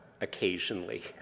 occasionally